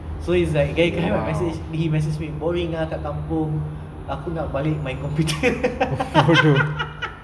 so he's like then I message he message me boring ah kat kampung aku nak balik main computer